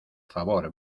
favor